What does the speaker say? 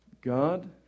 God